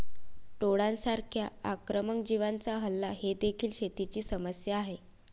टोळांसारख्या आक्रमक जीवांचा हल्ला ही देखील शेतीची समस्या आहे